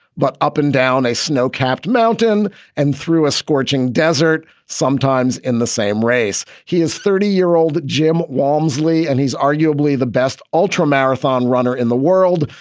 but up and down a snow capped mountain and through a scorching desert, sometimes in the same race he is thirty year old jim walmsley, and he's arguably the best ultramarathon runner in the world.